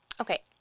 Okay